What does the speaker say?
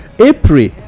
April